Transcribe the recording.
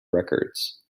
records